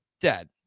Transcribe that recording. Dad